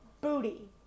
booty